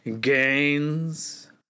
gains